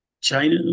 China